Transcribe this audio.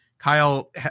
Kyle